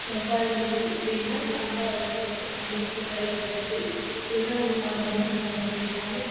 செவ்வாய் வெள்ளி அப்படின்னா சாம்பார் ரசம் வச்சு சாமிக்கு படையல் போடுகிறது இது தான் நாங்கள் பாரம்பரியமாக சமச்சுக்கிட்டு இருக்கோம்